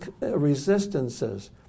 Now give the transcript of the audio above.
resistances